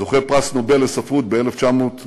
זוכה פרס נובל לספרות ב-1913,